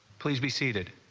please be seated